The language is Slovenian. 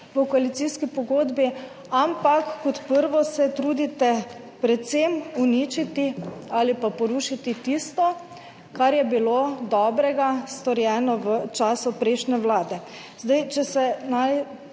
v koalicijski pogodbi, ampak se kot prvo trudite predvsem uničiti ali pa porušiti tisto, kar je bilo dobrega storjeno v času prejšnje vlade. Če se